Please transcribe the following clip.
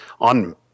on